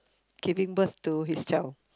giving birth to his child